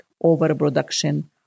overproduction